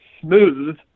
smooth